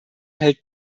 hält